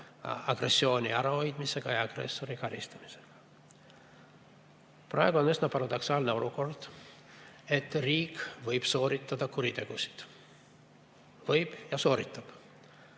agressiooni ärahoidmisega ja agressori karistamisega. Praegu on üsna paradoksaalne olukord, et riik võib sooritada kuritegusid, võib ja sooritab.